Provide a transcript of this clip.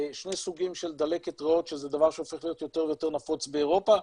שני סוגים של דלקת ריאות שזה דבר שהופך ליותר ויותר נפוץ באירופה,